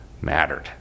mattered